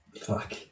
Fuck